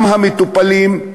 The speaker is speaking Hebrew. גם המטופלים,